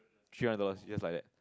three hundred dollars just like that